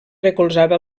recolzava